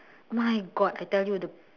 my god I tell you the